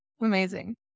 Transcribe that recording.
Amazing